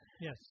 Yes